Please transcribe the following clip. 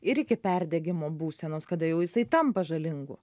ir iki perdegimo būsenos kada jau jisai tampa žalingu